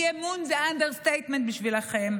אי-אמון זה אנדרסטיימנט בשבילכם.